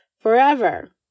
forever